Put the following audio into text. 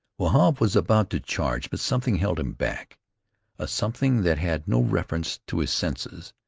wahb was about to charge, but something held him back a something that had no reference to his senses,